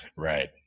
Right